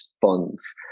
funds